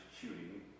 shooting